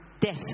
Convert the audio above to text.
Death